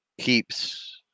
keeps